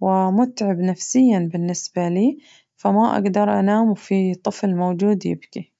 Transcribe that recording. ومتعب نفسياً بالنسبة لي فما أقدر أنام وفي طفل موجود يبكي.